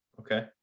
Okay